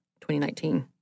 2019